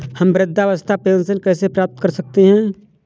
हम वृद्धावस्था पेंशन कैसे प्राप्त कर सकते हैं?